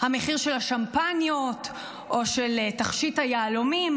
המחיר של השמפניות או של תכשיט היהלומים.